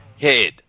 head